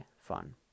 fun